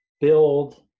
build